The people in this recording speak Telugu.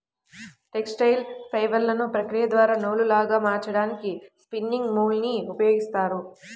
టెక్స్టైల్ ఫైబర్లను ప్రక్రియ ద్వారా నూలులాగా మార్చడానికి స్పిన్నింగ్ మ్యూల్ ని ఉపయోగిస్తారు